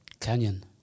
Canyon